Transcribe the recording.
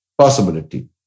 possibility